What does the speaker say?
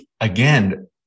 again